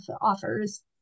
offers